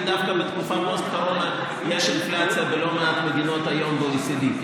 כי דווקא בתקופת פוסט-קורונה יש אינפלציה בלא מעט מדינות היום ב-OECD.